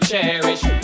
Cherish